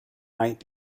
might